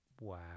Wow